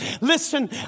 listen